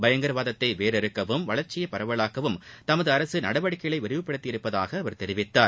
பயங்கரவாதத்தை வேரறுக்கவும் வளர்ச்சியை பரவலாக்கவும் தமது அரசு நடவடிக்கைகளை விரிவுபடுத்தியுள்ளதாக அவர் தெரிவித்தார்